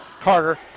Carter